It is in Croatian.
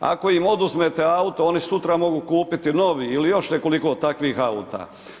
Ako im oduzmete auto oni sutra mogu kupiti novi ili još nekoliko takvih auta.